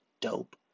Dope